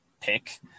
pick